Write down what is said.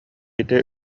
ити